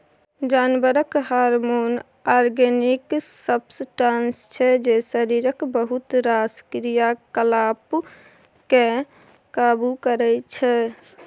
जानबरक hormone organic substance छै जे शरीरक बहुत रास क्रियाकलाप केँ काबु करय छै